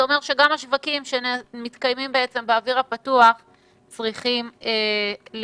זה אומר שגם השווקים שמתקיימים בעצם באוויר הפתוח צריכים להיפתח.